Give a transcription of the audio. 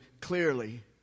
clearly